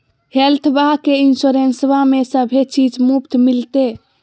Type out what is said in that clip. हेल्थबा के इंसोरेंसबा में सभे चीज मुफ्त मिलते?